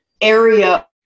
area